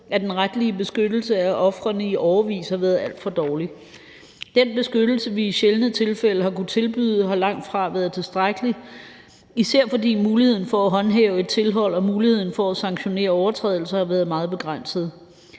at den retlige beskyttelse af ofrene i årevis har været alt for dårlig. Den beskyttelse, vi i sjældne tilfælde har kunnet tilbyde, har langtfra været tilstrækkelig, især fordi muligheden for at håndhæve et tilhold og muligheden for at sanktionere overtrædelser har været meget begrænset.